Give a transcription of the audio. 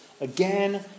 again